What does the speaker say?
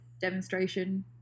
demonstration